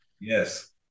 Yes